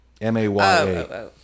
m-a-y-a